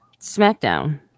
SmackDown